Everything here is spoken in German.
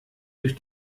durch